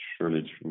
surely